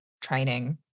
training